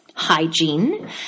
Hygiene